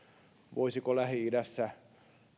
voisiko lähi idässä